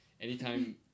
anytime